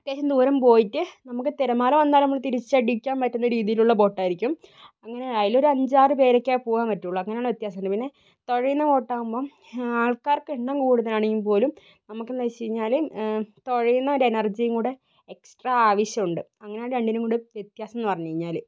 അത്യാവശ്യം ദൂരം പോയിട്ട് നമുക്ക് തിരമാല വന്നാല് തിരിച്ചടിക്കാൻ പറ്റുന്ന രീതിയിലുള്ള ബോട്ട് ആയിരിക്കും അങ്ങനെ അതിലൊരു അഞ്ചാറു പേരൊക്കെ പോകാൻ പറ്റുള്ളൂ അങ്ങനെയുള്ള വ്യത്യാസമുണ്ട് പിന്നെ തുഴയുന്ന ബോട്ട് ആവുമ്പം ആൾക്കാർക്ക് എണ്ണം കൂടുതലാണെങ്കിൽ പോലും നമുക്ക് എന്ന് വച്ചിരുന്നാൽ തുഴയുന്ന ഒരു എനർജികുടെ എക്സ്ട്രാ ആവശ്യമുണ്ട് അങ്ങനെ രണ്ടിനും കൂടെ വ്യത്യാസം എന്ന് പറഞ്ഞിരുന്നാല്